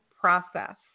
process